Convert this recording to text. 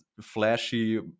flashy